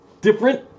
different